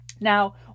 Now